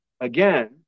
again